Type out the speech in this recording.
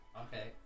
Okay